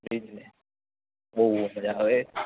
એ જ ને બહુ મજા આવે